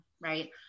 right